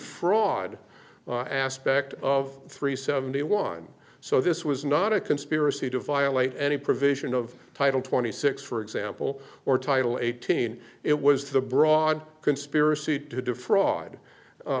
defraud aspect of three seventy one so this was not a conspiracy to violate any provision of title twenty six for example or title eighteen it was the broad conspiracy to defraud